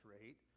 rate